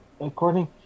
according